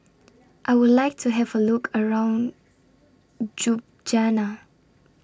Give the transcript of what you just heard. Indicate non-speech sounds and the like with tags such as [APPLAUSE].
I Would like to Have A Look around [UNINTELLIGIBLE]